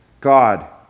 God